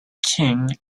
king